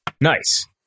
Nice